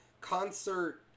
concert